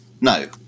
No